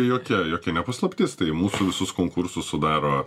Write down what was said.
jokia jokia nepaslaptis tai mūsų visus konkursus sudaro